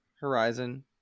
Horizon